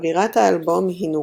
אווירת האלבום היא נוגה,